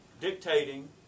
dictating